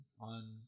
on